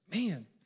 man